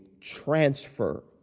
transfer